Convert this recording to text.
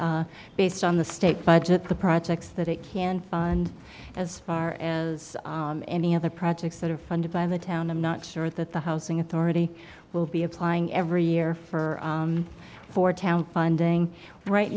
fund based on the state budget the projects that it can fund as far as any other projects that are funded by the town i'm not sure that the housing authority will be applying every year for four town funding right